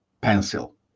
pencil